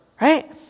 Right